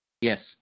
Yes